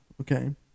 Okay